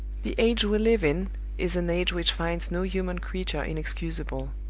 the age we live in is an age which finds no human creature inexcusable.